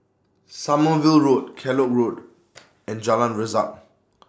Sommerville Road Kellock Road and Jalan Resak